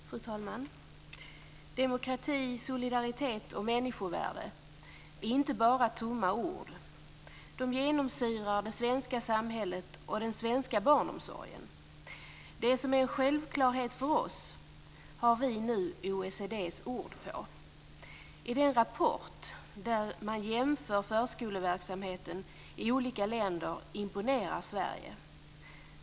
Fru talman! Demokrati, solidaritet och människovärde är inte bara tomma ord. De genomsyrar det svenska samhället och den svenska barnomsorgen. Det som är en självklarhet för oss har vi nu OECD:s ord på. I den rapport där man jämför förskoleverksamheten i olika länder imponerar Sverige.